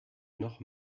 noch